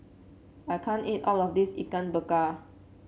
I can't eat all of this Ikan Bakar